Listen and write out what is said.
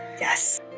Yes